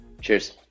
Cheers